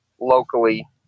locally